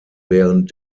während